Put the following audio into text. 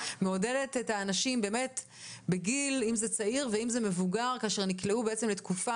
מעודדת את האנשים בכל הגילאים שנקלעו לתקופה